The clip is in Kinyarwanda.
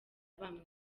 bamwe